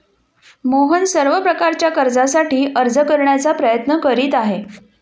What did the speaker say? मोहन सर्व प्रकारच्या कर्जासाठी अर्ज करण्याचा प्रयत्न करीत आहे